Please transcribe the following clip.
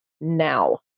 now